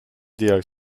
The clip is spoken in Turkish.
diğer